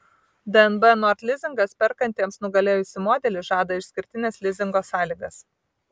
dnb nord lizingas perkantiems nugalėjusį modelį žada išskirtines lizingo sąlygas